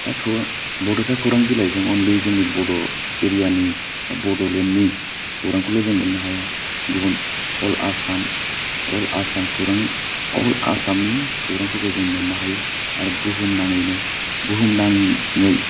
दा खौरां बड'सा खौरां बिलाइजों अनलि जोङो बड' एरियानि बड'लेण्डनि खौरांखौल' जों मोननो हायो गुबुन अल आसाम अल आसाम खौरां अल आसामनि खौरांफोरखौ जों मोननो हायो आरो बुहुम नाङैनो बुहुम नाङै